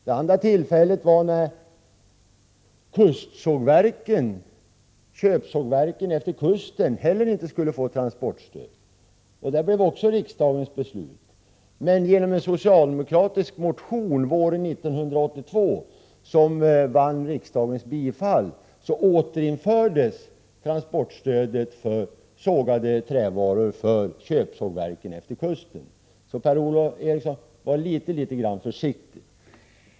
Det andra tillfället var när köpsågverk efter kusten heller inte skulle få transportstöd. Det blev också riksdagens beslut. Men genom en socialdemokratisk motion våren 1982, som vann riksdagens bifall, återinfördes transportstödet för sågade trävaror från köpsågverken efter kusten. Så, Per-Ola Eriksson, var litet grand försiktig!